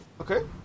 Okay